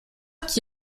qui